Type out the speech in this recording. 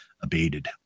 abated